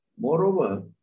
Moreover